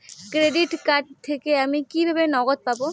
Credit card থেকে আমি কিভাবে নগদ পাব?